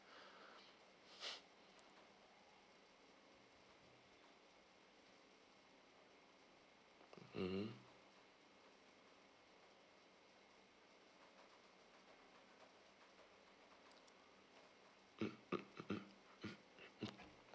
mmhmm mm mm mm